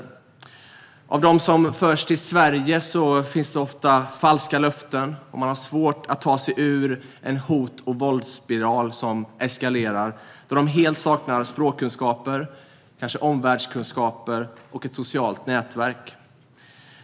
Till dem som förs till Sverige ges ofta falska löften, och de har svårt att ta sig ur en eskalerande hot och våldsspiral eftersom de helt saknar språkkunskaper, kanske omvärldskunskaper och ett socialt nätverk.